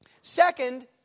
Second